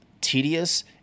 tedious